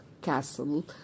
castle